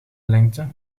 lengte